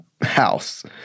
house